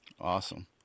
Awesome